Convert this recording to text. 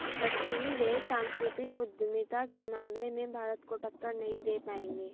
पश्चिमी देश सांस्कृतिक उद्यमिता के मामले में भारत को टक्कर नहीं दे पाएंगे